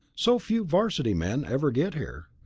so few varsity men ever get here.